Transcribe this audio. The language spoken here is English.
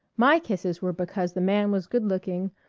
my kisses were because the man was good-looking,